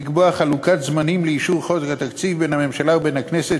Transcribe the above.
לקבוע חלוקת זמנים לאישור חוק תקציב בין הממשלה ובין הכנסת,